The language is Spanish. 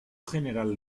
general